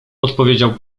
odpowiedział